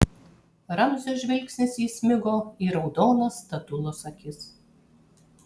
ramzio žvilgsnis įsmigo į raudonas statulos akis